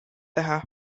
teha